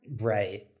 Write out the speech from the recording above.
Right